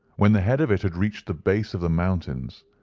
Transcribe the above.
when the head of it had reached the base of the mountains,